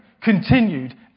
continued